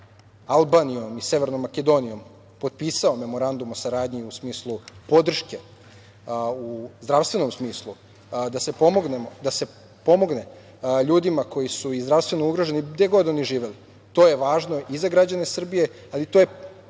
Albanijom i Severnom Makedonijom, potpisao Memorandum o saradnji, u smislu podrške, u zdravstvenom smislu, da se pomogne ljudima koji su i zdravstveno ugroženi, gde god oni živeli. To je važno i za građane Srbije, ali to je